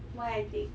why I take